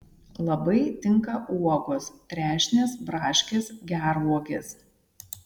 labai tinka uogos trešnės braškės gervuogės